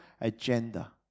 agenda